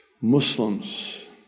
Muslims